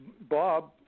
Bob